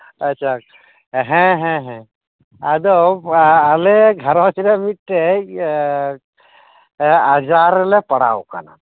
ᱟᱪᱪᱷᱟ ᱦᱮᱸ ᱦᱮᱸ ᱟᱫᱚ ᱟᱞᱮ ᱜᱷᱟᱨᱚᱸᱡᱽ ᱨᱮ ᱢᱤᱜᱴᱮᱱ ᱟᱡᱟᱨ ᱨᱮᱞᱮ ᱯᱟᱲᱟᱣ ᱠᱟᱱᱟ